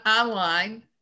online